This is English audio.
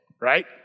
right